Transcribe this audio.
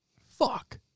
Fuck